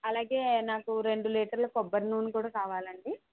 అలాగే నాకు రెండు లీటర్ల కొబ్బరి నూనె కూడా కావాలండి